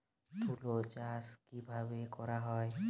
তুলো চাষ কিভাবে করা হয়?